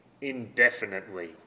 indefinitely